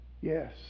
yes